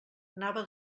anava